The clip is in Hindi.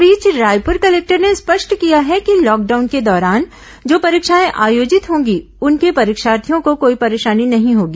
इस बीच रायपुर कलेक्टर ने स्पष्ट किया है कि लॉकडाउन के दौरान जो परीक्षाएं आयोजित होंगी उनके परीक्षार्थियों को कोई परेशानी नहीं होगी